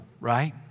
right